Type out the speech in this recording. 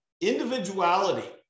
individuality